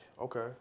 Okay